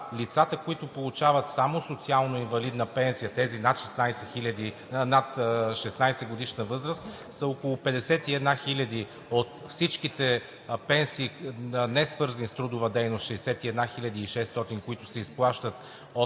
лицата, които получават само социално-инвалидна пенсия – тези над 16-годишна възраст са около 51 хиляди от всичките пенсии, несвързани с трудова дейност – 61 хиляди 600, които се изплащат от